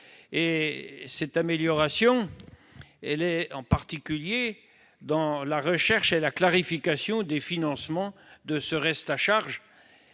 Cette amélioration porte en particulier sur la recherche et la clarification des financements de ce reste à charge.